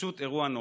פשוט אירוע נורא.